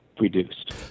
reduced